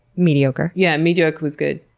mediocre? yeah, mediocre was good.